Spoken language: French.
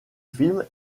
film